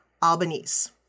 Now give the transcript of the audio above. Albanese